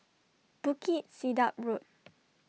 Bukit Sedap Road